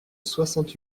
soixante